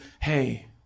hey